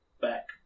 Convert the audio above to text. back